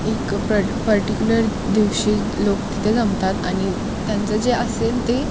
एक प्र पर्टिक्युलर दिवशी लोक तिथे जमतात आणि त्यांचं जे असेल ते